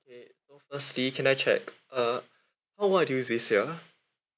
K so firstly can I check uh how old are you this year